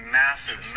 massive